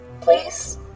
please